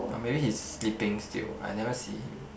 or maybe he's sleeping still I never see him